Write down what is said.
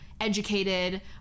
educated